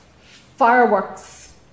fireworks